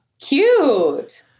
cute